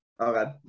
Okay